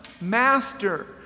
master